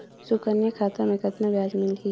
सुकन्या खाता मे कतना ब्याज मिलही?